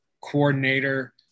coordinator